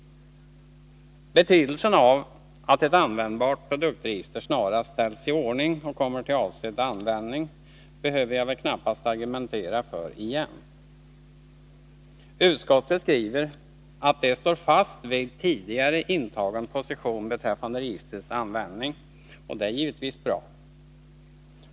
Betydelsen av att ett användbart produktregister snarast ställs i ordning och kommer till avsedd användning behöver jag väl knappast argumentera för igen. Utskottet skriver att det står fast vid tidigare intagen position beträffande registrets användning, och det är givetvis bra.